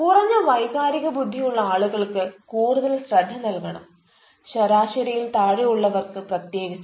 കുറഞ്ഞ വൈകാരിക ബുദ്ധിയുള്ള ആളുകൾക്ക് കൂടുതൽ ശ്രദ്ധ നൽകണം ശരാശരിയിൽ താഴെ ഉള്ളവർക്ക് പ്രത്യേകിച്ച്